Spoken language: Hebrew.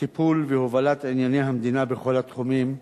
טיפול והובלה של ענייני המדינה בכל התחומים.